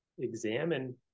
examine